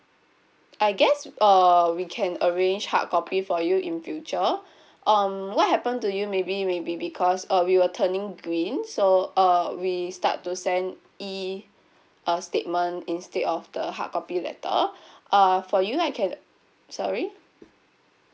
I guess uh we can arrange hard copy for you in future um what happen to you maybe may be because uh we were turning green so uh we start to send E uh statement instead of the hard copy letter uh for you I can sorry